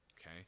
okay